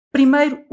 Primeiro